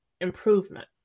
improvement